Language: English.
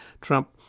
Trump